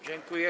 Dziękuję.